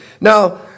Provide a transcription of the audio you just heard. Now